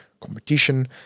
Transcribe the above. competition